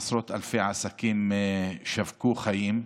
עשרות אלפי עסקים שבקו חיים.